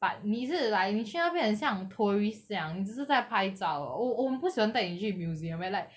but 你是 like 你去那边很像 tourist 这样你只是在拍照我我不喜欢带你去 museum eh like